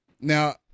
Now